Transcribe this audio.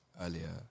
earlier